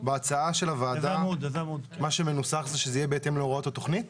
בהצעה של הוועדה מה שמנוסח זה שזה יהיה בהתאם להוראות התוכנית.